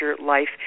life